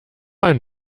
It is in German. ein